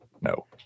No